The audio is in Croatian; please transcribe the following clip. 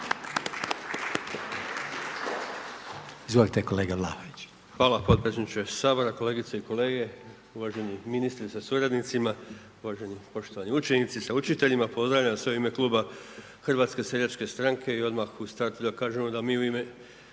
Izvolite kolega Vlaović.